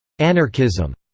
anarchism.